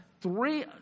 three